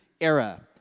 era